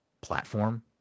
platform